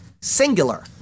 singular